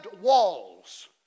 walls